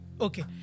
Okay